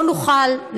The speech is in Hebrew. לא נוכל,